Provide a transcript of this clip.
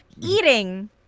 Eating